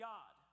God